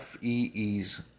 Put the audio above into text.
FEEs